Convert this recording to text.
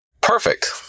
Perfect